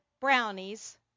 brownies